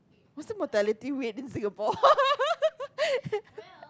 wisdom mortality rate in Singapore